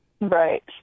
Right